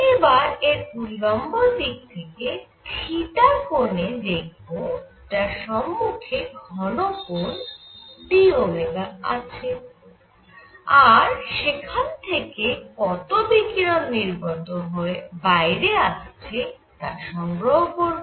এবার এর উল্লম্ব দিক থেকে θ কোণে দেখব যার সম্মুখে ঘন কোণ d আছে আর সেখানে থেকে কত বিকিরণ নির্গত হয়ে বাইরে আসছে তা সংগ্রহ করব